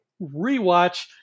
Rewatch